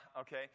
okay